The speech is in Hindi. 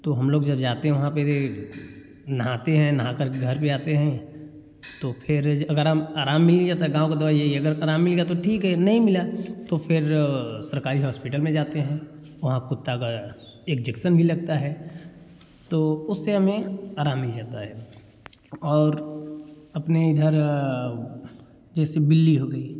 तो हम लोग जब जाते हैं वहाँ पर भी नहाते हैं नहाकर के घर भी आते हैं तो फिर अगर हम आराम मिल गया तो गाँव का दवाई यही है अगर आराम मिल गया तो ठीक है नहीं मिला तो फिर सरकारी हॉस्पिटल में जाते हैं वहाँ कुत्ता का इग्जेक्सन भी लगता है तो उससे हमें आराम मिल जाता है और अपने इधर जैसे बिल्ली हो गई